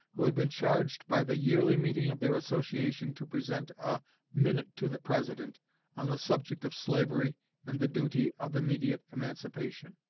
who had been charged by the yearly meeting of their association to present a minute to the president on the subject of slavery and the duty of immediate emancipation.